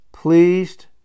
pleased